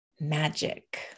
magic